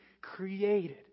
created